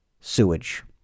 sewage